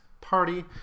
Party